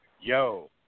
Yo